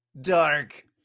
Dark